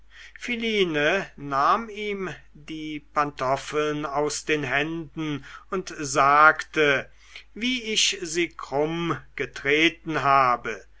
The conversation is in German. philine nahm ihm die pantoffeln aus den händen und sagte wie ich sie krumm getreten habe